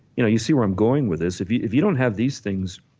you know you see where i'm going with this, if you if you don't have these things,